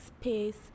space